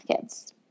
kids